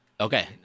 Okay